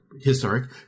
historic